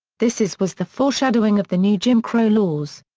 this is was the foreshadowing of the new jim crow laws.